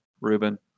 Ruben